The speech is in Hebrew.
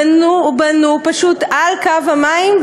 בנו על קו המים,